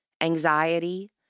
anxiety